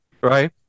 Right